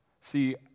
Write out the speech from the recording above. See